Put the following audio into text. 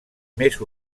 més